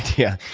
yeah.